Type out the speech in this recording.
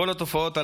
כל התופעות הללו.